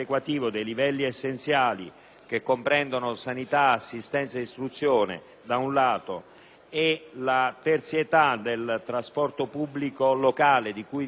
e la terzietà del trasporto pubblico locale, di cui viene garantito tramite il fondo perequativo soltanto un livello minimo;